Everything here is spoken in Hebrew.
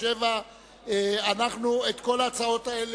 86); הצעת חוק לתיקון פקודת התעבורה (מס' 78); הצעת